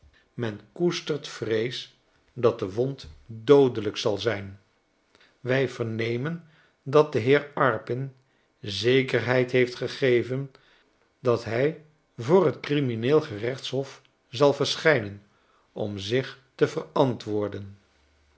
men koestert vrees dat de wond doodelijk zal zijn wij vernemendatdeheerarpin zekerheid heeft gegeven dat hy voor het crimineel gerechtshof zal verschijnen om zich te verantwoorden